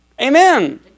Amen